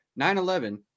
9-11